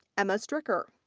emma stricker.